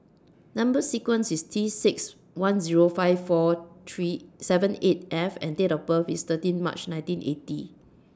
Number sequence IS T six one Zero five four three seven eight F and Date of birth IS thirteen March nineteen eighty